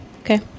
Okay